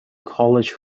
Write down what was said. college